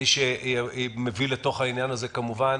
איש שמביא אל תוך העניו הזה כמובן